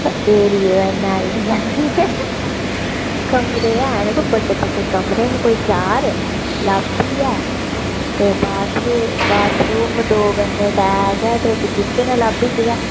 area इन्ना area निं ऐ कमरे हैन बा बड्डे बड्डे कमरे न चार लॉबी ऐ बाथरूम दौ कन्नै अटैच ऐ ते हैन लॉबी च गै